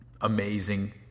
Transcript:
amazing